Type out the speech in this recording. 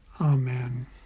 Amen